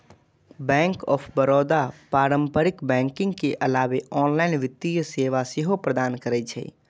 bank of Baroda पारंपरिक banking के अलावे ऑनलाइन वित्तीय सेवा सेहो प्रदान करै छै